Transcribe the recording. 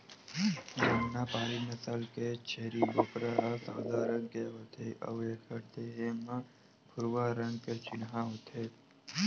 जमुनापारी नसल के छेरी बोकरा ह सादा रंग के होथे अउ एखर देहे म भूरवा रंग के चिन्हा होथे